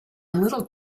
little